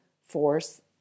force